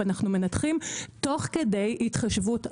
ואנחנו מנתחים תוך כדי התחשבות.